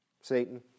Satan